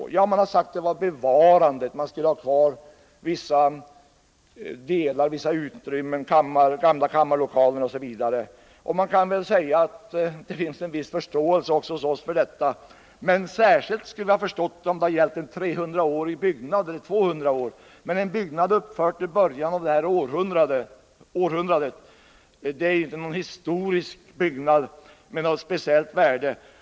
Det har i det sammanhanget hänvisats till bevarandesynpunkten. dvs. att bl.a. vissa delar av de gamla kammarlokalerna skulle bibehållas. Det finns väl också hos oss en viss förståelse för sådana tankar. Vi skulle ha förstått dem särskilt väl om det hade gällt en kanske 200 eller 300-årig byggnad. Men en byggnad uppförd i början av detta århundrade har inte ur historisk synvinkel något speciellt värde.